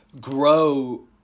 grow